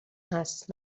هست